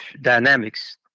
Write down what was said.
dynamics